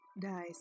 Dice